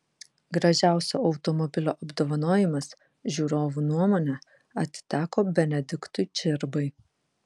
gražiausio automobilio apdovanojimas žiūrovų nuomone atiteko benediktui čirbai